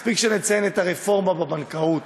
מספיק שנציין את הרפורמה בבנקאות,